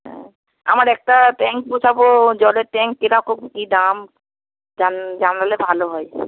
হ্যাঁ আমার একটা ট্যাঙ্ক বসাবো জলের ট্যাঙ্ক কীরকম কী দাম জানা জানালে ভালো হয়